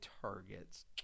targets